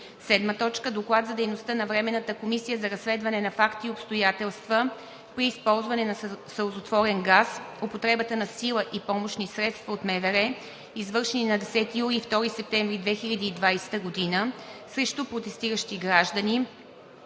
2021 г. 7. Доклад за дейността на Временната комисия за разследване на факти и обстоятелства при използване на сълзотворен газ, употребата на сила и помощни средства от МВР, извършени на 10 юли и 2 септември 2020 г. срещу протестиращи граждани,